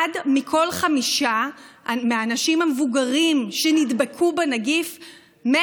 אחד מכל חמישה מהאנשים המבוגרים שנדבקו בנגיף מת.